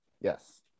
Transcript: yes